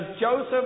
Joseph